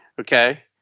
Okay